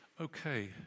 Okay